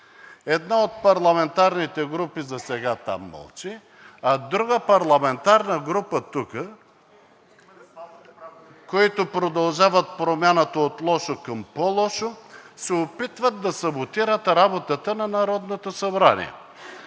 Една от парламентарните групи засега там мълчи, а друга парламентарна група тук, които продължават промяната от лошо към по-лошо, се опитват да саботират работата на Народното събрание.